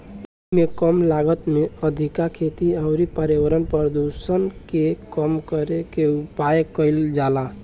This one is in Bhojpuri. एइमे कम लागत में अधिका खेती अउरी पर्यावरण प्रदुषण के कम करे के उपाय कईल जाला